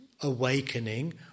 awakening